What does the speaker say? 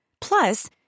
Plus